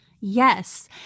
Yes